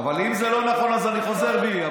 אבל אם זה לא נכון, אז אני חוזר בי.